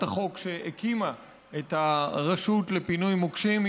החוק שהקימה את הרשות לפינוי מוקשים.